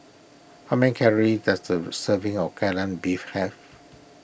how many calories does a serving of Kai Lan Beef have